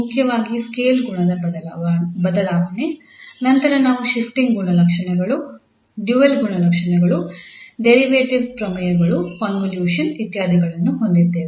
ಮುಖ್ಯವಾಗಿ ಸ್ಕೇಲ್ ಗುಣದ ಬದಲಾವಣೆ ನಂತರ ನಾವು ಶಿಫ್ಟಿಂಗ್ ಗುಣಲಕ್ಷಣಗಳು ಡ್ಯುಯಲ್ ಗುಣಲಕ್ಷಣಗಳು ಡೆರಿವೇಟಿವ್ ಪ್ರಮೇಯಗಳು ಕಾಂವೊಲ್ಯೂಷನ್ ಇತ್ಯಾದಿಗಳನ್ನು ಹೊಂದಿದ್ದೇವೆ